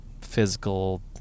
physical